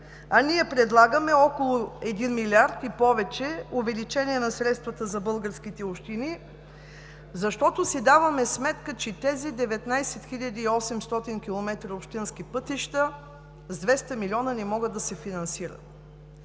а предлагаме около един милиард и повече увеличение на средствата за българските общини, защото си даваме сметка, че тези 19 800 км общински пътища с 200 милиона не могат да се финансират.